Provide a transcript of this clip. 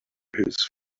his